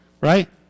Right